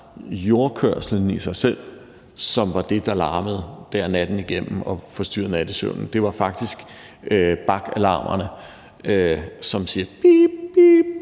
jordkørslen i sig selv, som var det, der larmede natten igennem og forstyrrede nattesøvnen – det var faktisk lastvognenes bakalarmer, som sagde bip, bip,